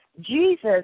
Jesus